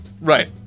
Right